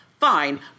Fine